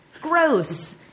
Gross